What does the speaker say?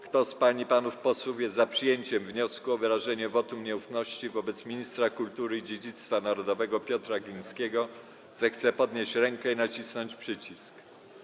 Kto z pań i panów posłów jest za przyjęciem wniosku o wyrażenie wotum nieufności wobec ministra kultury i dziedzictwa narodowego Piotra Glińskiego, zechce podnieść rękę i nacisnąć przycisk.